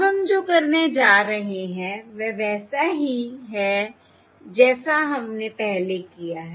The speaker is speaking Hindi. अब हम जो करने जा रहे हैं वह वैसा ही है जैसा हमने पहले किया है